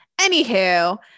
anywho